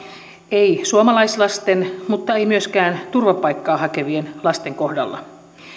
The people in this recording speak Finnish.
ei suomalaislasten mutta ei myöskään turvapaikkaa hakevien lasten kohdalla